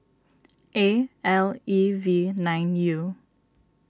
A L E V nine U